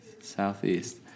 southeast